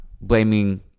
blaming